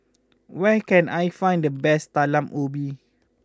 where can I find the best Talam Ubi